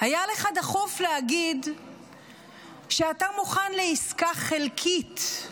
היה לך דחוף להגיד שאתה מוכן לעסקה חלקית,